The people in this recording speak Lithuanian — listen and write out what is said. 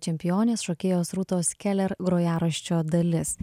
čempionės šokėjos rūtos keler grojaraščio dalis